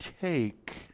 take